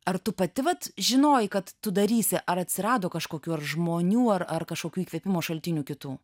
ar tu pati vat žinojai kad tu darysi ar atsirado kažkokių ar žmonių ar ar kažkokių įkvėpimo šaltinių kitų